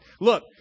Look